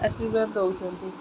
ଏସବୁ ଗୋଟେ ଦେଉଛନ୍ତି